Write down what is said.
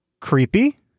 creepy